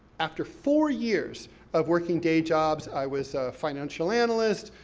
after four years of working day jobs, i was financial analyst,